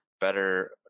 better